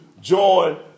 join